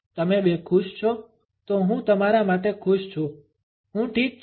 તમે બે ખુશ છો તો હું તમારા માટે ખુશ છું હું ઠીક છું